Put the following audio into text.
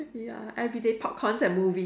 ya everyday popcorns and movie